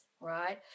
Right